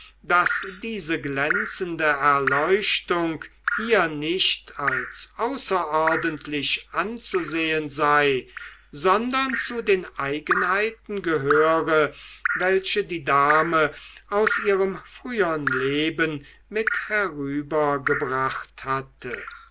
daß diese glänzende erleuchtung hier nicht als außerordentlich anzusehen sei sondern zu den eigenheiten gehöre welche die dame aus ihrem frühern leben mit herübergebracht hatte